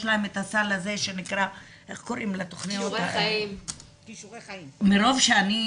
יש להם את הסל הזה שנקרא כישורי חיים, 12